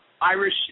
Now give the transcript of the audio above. Irish